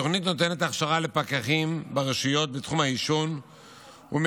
התוכנית נותנת הכשרה לפקחים ברשויות בתחום העישון ומחייבת